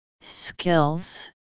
Skills